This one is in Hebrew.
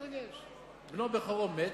בנו בכורו מת,